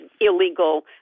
illegal